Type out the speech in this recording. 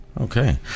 okay